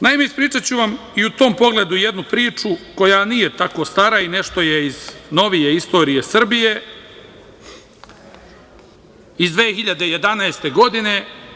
Naime, ispričaću vam i u tom pogledu jednu priču koja nije tako stara i nešto je iz novije istorije Srbije, iz 2011. godine.